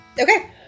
Okay